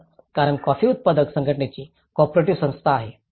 तर कारण कॉफी उत्पादक संघटनेची कॉपरेटिव्ह संस्था आहे